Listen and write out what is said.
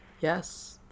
Yes